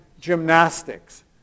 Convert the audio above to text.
gymnastics